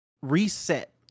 reset